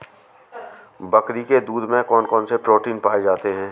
बकरी के दूध में कौन कौनसे प्रोटीन पाए जाते हैं?